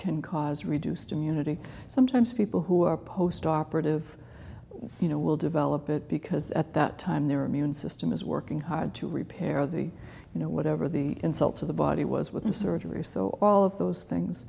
can cause reduced immunity sometimes people who are post operative you know will develop it because at that time their immune system is working hard to repair the you know whatever the insult to the body was with the surgery so all of those things